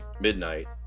midnight